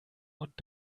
und